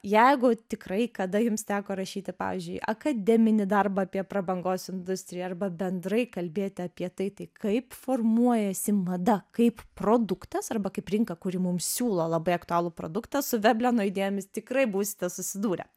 jeigu tikrai kada jums teko rašyti pavyzdžiui akademinį darbą apie prabangos industriją arba bendrai kalbėti apie tai tai kaip formuojasi mada kaip produktas arba kaip rinka kuri mums siūlo labai aktualų produktą su vebleno idėjomis tikrai būsite susidūrę